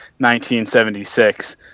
1976